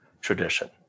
tradition